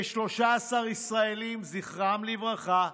ו-13 ישראלים, זיכרונם לברכה,